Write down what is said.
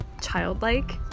childlike